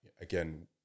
again